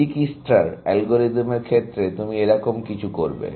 ডিজিকিস্ট্রার অ্যালগরিদমের ক্ষেত্রে তুমি এরকম কিছু করবে